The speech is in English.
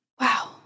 Wow